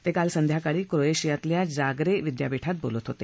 ते काल संध्याकाळी क्रोएशियातल्या जागरेब विद्यापीठात बोलत होते